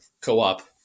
co-op